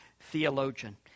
theologian